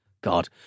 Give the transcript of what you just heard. God